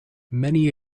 many